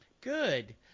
Good